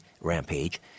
rampage